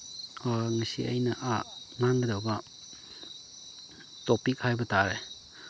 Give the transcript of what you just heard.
ꯉꯁꯤ ꯑꯩꯅ ꯉꯥꯡꯒꯗꯧꯕ ꯇꯣꯄꯤꯛ ꯍꯥꯏꯕ ꯇꯥꯔꯦ